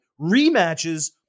Rematches